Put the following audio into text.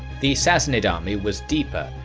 the sassanid army was deeper,